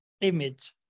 image